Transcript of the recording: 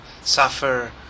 suffer